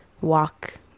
walk